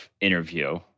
interview